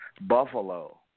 Buffalo